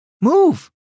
Move